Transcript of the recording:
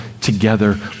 together